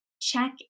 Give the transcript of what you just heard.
check